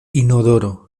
inodoro